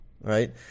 right